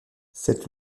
cette